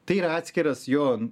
tai yra atskiras jo